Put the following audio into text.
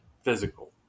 physical